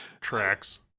tracks